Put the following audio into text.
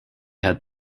had